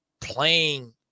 playing